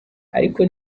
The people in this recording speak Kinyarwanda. ariko